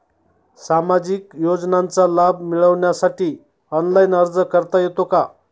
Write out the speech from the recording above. सामाजिक योजनांचा लाभ मिळवण्यासाठी ऑनलाइन अर्ज करता येतो का?